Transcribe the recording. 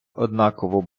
однаково